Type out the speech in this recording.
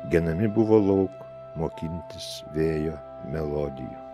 genami buvo lauk mokintis vėjo melodijų